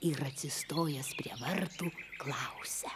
ir atsistojęs prie vartų klausia